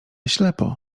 ślepo